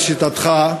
לשיטתך,